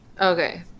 Okay